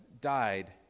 died